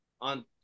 on